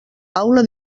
aula